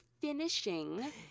finishing